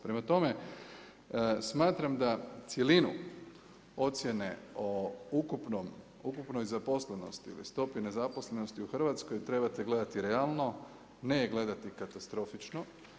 Prema tome, smatram da cjelinu ocjene o ukupnoj zaposlenosti ili stopi nezaposlenosti u Hrvatskoj, trebate gledati realno, ne je gledati katastrofično.